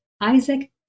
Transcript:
Isaac